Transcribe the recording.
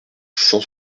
cent